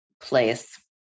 place